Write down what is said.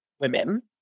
women